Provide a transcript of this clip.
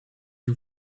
you